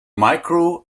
micro